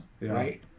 right